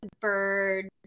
birds